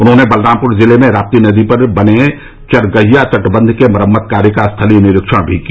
उन्होंने बलरामपूर जिले में रापी नदी पर बने चरगहिया तटबंध के मरम्मत कार्य का स्थलीय निरीक्षण भी किया